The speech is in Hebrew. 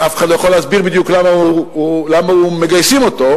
שאף אחד לא יכול להסביר בדיוק למה מגייסים אותו,